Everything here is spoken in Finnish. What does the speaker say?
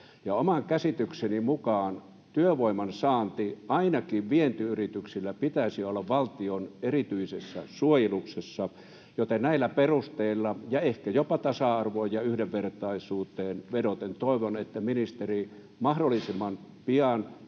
Oman käsitykseni mukaan ainakin vientiyritysten työvoiman saannin pitäisi olla valtion erityisessä suojeluksessa, joten näillä perusteilla ja ehkä jopa tasa-arvoon ja yhdenvertaisuuteen vedoten toivon, että ministeri mahdollisimman pian